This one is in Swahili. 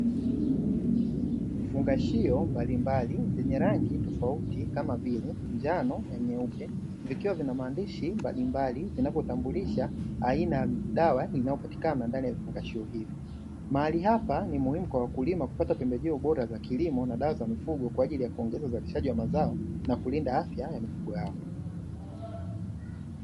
Vifungashio mbalimbali vyenye rangi tofauti kama vile: njano na nyeupe, vikiwa vina maandishi mbalimbali, vinavyotambulisha aina ya dawa inayopatikana ndani ya vifungashio hivi. Mahali hapa ni muhimu kwa wakulima kupata pembejeo bora za kilimo na dawa za mifugo, kwa ajili ya kuongeza uzalishaji wa mazao na kulinda afya ya mifugo yao.